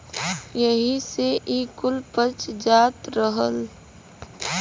एही से ई कुल पच जात रहल